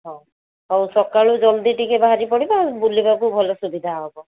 ହଉ ହଉ ସକାଳୁ ଜଲଦି ଟିକେ ବାହାରି ପଡ଼ିବ ଆଉ ବୁଲିବାକୁ ଭଲ ସୁବିଧା ହବ